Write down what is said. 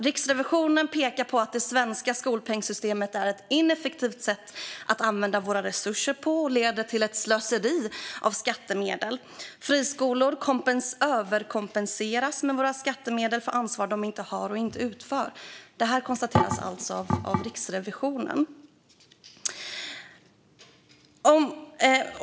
Riksrevisionen pekar på att det svenska skolpengssystemet är ett ineffektivt sätt att använda våra resurser på och att det leder till ett slöseri med skattemedel. Friskolor överkompenseras med våra skattemedel för ansvar de inte har och inte tar. Detta konstateras alltså av Riksrevisionen.